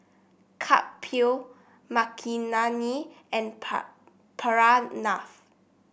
Kapil Makineni and Pranav